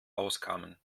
auskamen